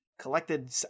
collected